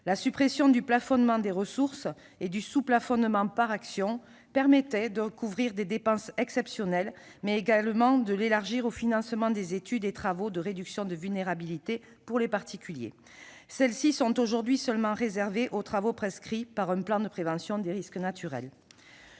La suppression du plafonnement des ressources et du sous-plafonnement par actions permettrait de couvrir des dépenses exceptionnelles, mais également d'élargir le fonds au financement des études et travaux de réduction de vulnérabilité en faveur des particuliers. Celles-ci sont aujourd'hui seulement réservées aux travaux prescrits par un plan de prévention des risques naturels.